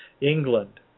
england